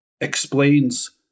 explains